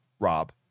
Rob